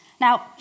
Now